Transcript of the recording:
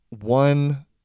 one